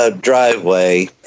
driveway